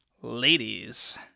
Ladies